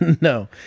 No